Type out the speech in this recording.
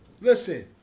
Listen